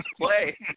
play